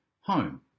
home